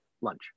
lunch